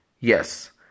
yes